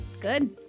Good